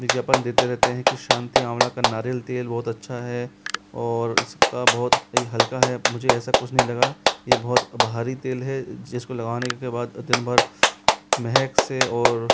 विज्ञापन देते रहते हैं कि शांति अमला का नारियल तेल बहुत अच्छा है और इसका बहुत ही हल्का है मुझे ऐसा कुछ नहीं लगा ये बहुत भारी तेल है जिस को लगाने के बाद दिन भर महक से और